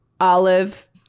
Olive